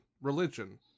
religion